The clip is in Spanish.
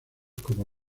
como